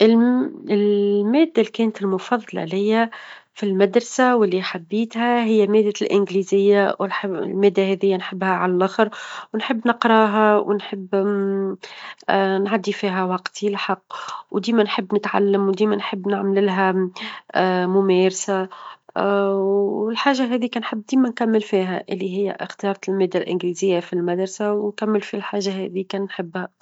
ال- المادة اللي كانت المفظلة ليا في المدرسة واللي حبيتها هي مادة الإنجليزية و-نح- المادة هاذيا نحبها عاللخر، ونحب نقراها ونحب نعدي فيها وقتي الحق، وديما نحب نتعلم، وديما نحب نعمل لها ممارسة، والحاجة هاذيك نحب ديما نكمل فيها اللي هي اختارت المادة الإنجليزية في المدرسة، ونكمل في الحاجة هاذيك نحبها.